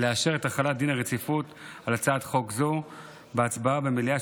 לאשר את החלת דין הרציפות על הצעת חוק זו בהצבעה במליאה,